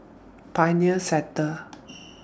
Pioneer Sector